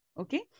okay